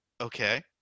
Okay